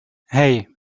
hey